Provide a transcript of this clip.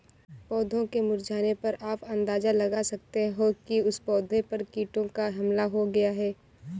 पौधों के मुरझाने पर आप अंदाजा लगा सकते हो कि उस पौधे पर कीटों का हमला हो गया है